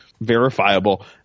verifiable